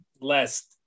less